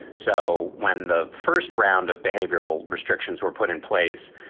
so when the first round of behavioral restrictions were put in place,